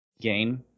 gain